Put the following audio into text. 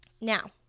Now